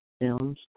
films